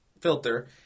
filter